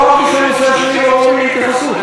לא אמרתי שהנושא השני לא ראוי להתייחסות.